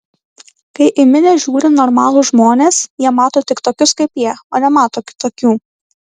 kai į minią žiūri normalūs žmonės jie mato tik tokius kaip jie o nemato kitokių